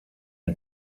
are